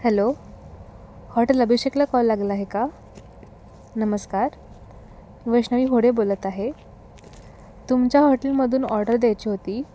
hello hotel अभिषेकला call लागला आहे का नमस्कार वैष्णवी होडे बोलत आहे तुमच्या हॉटेलमधून ऑर्डर द्यायची होती